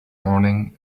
morning